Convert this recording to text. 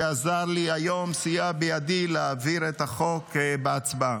שעזר לי היום, סייע בידי, להעביר את החוק בהצבעה.